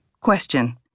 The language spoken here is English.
Question